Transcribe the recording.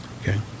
Okay